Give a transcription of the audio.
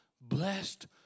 blessed